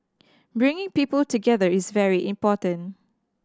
bringing people together is very important